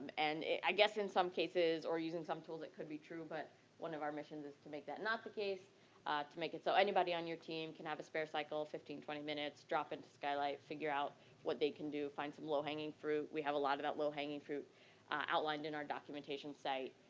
and i guess in some cases or using some tools, it could be true but one of our missions is to make that the case to make it, so anybody on your team can have a spare cycle, fifteen twenty minutes, drop into skylight, figure out what they can do. find some low-hanging fruit, we have a lot of that low-hanging fruit outlined in our documentation site.